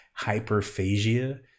hyperphagia